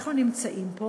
שאנחנו נמצאים פה